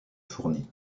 fourni